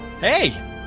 Hey